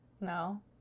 No